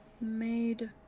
made